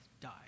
die